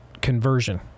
conversion